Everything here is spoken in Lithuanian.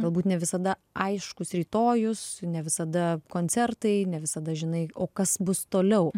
galbūt ne visada aiškus rytojus ne visada koncertai ne visada žinai o kas bus toliau